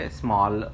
small